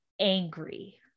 angry